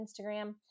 Instagram